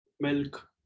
milk